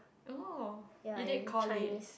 oh you did core Lit